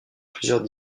plusieurs